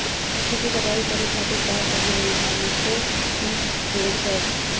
गेहूँ के कटाई करे खातिर का सही रही हार्वेस्टर की थ्रेशर?